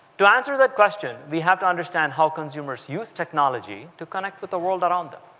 to answer that question, we have to understand how consumers use technology to connect with the world around them.